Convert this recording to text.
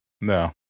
No